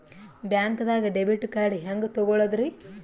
ಬ್ಯಾಂಕ್ದಾಗ debit card ಹೆಂಗ್ ತಗೊಳದ್ರಿ?